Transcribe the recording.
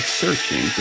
searching